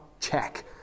check